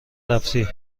رفتی